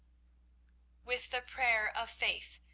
with the prayer of faith,